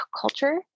culture